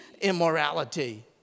immorality